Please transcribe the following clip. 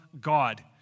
God